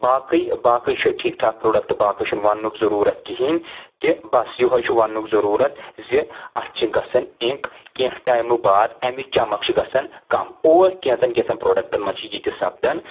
باقٕے باقٕے چھُ ٹھیٖک ٹھاک پروڈکٹ باقٕے چھُنہٕ وننُک ضروٗرت کہیٖنۍ تہِ بس یہوے چھُ وننُک ضروٗرت زِ اتھ چھِ گژھان اِنک کیٚنہہ ٹایمہٕ باد امِچ چمک چھِ گژھان کم اور کینٛژن کینٛژن پروڈکٹن منٛز چھِ یہِ تہِ سپدان